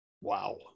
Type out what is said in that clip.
Wow